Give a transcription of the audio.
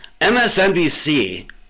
MSNBC